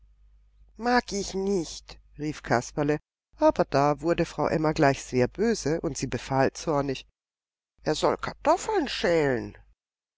mag ich nicht rief kasperle aber da wurde frau emma gleich sehr böse und sie befahl zornig er soll kartoffeln schälen